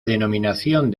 denominación